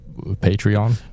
patreon